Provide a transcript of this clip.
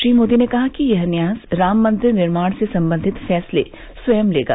श्री मोदी ने उन्होंने कहा कि यह न्यास राम मंदिर निर्माण से संबंधित फैसले स्वंय लेगा